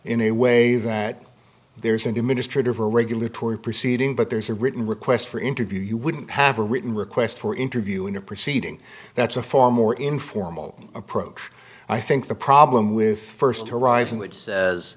in a way that there's an administrative or regulatory proceeding but there's a written request for interview you wouldn't have a written request for interview in a proceeding that's a far more informal approach i think the problem with first horizon which says